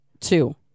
two